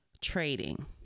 trading